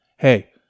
Hey